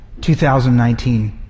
2019